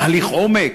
תהליך עומק,